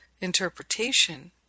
interpretation